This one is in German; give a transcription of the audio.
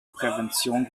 prävention